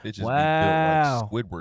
Wow